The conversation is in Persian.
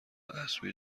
اسبی